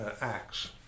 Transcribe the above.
Acts